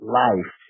life